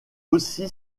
aussi